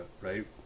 right